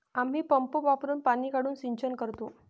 आम्ही पंप वापरुन पाणी काढून सिंचन करतो